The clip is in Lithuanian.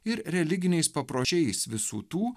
ir religiniais papročiais visų tų